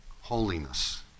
holiness